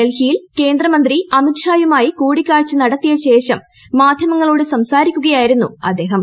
ഡൽഹിയിൽ കേന്ദ്രമന്ത്രി അമിത് ഷായുമായി കൂടിക്കൂഴ്ച നടത്തിയ ശേഷം മാധ്യമങ്ങളോട് സംസാരിക്കുകയ്കായിരുന്നു അദ്ദേഹം